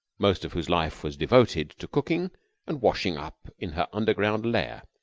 most of whose life was devoted to cooking and washing up in her underground lair,